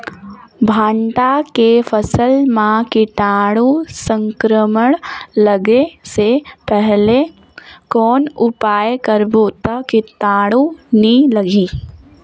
भांटा के फसल मां कीटाणु संक्रमण लगे से पहले कौन उपाय करबो ता कीटाणु नी लगही?